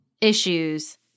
issues